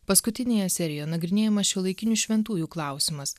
paskutinėje serijoje nagrinėjamas šiuolaikinių šventųjų klausimas